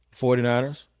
49ers